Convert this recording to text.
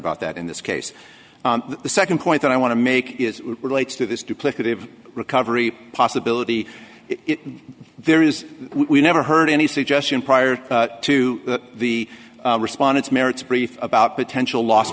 about that in this case the second point that i want to make is relates to this duplicative recovery possibility there is we never heard any suggestion prior to the respondents merits brief about potential los